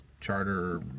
charter